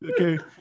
Okay